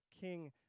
king